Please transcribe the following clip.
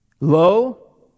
Lo